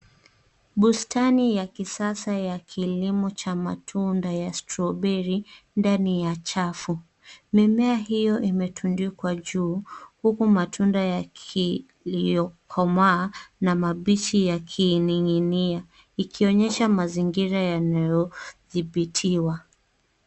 Bustani ya kisasa ya kilimo cha matunda ya strawberry ndani ya chafu. Mimea hiyo imetundikwa juu huku matunda yaliyokomaa na mabichi yakiining'inia ikionyesha mazingira yanayodhibitiwa.